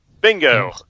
Bingo